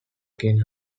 again